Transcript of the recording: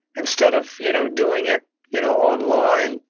instead of you know doing it you know online,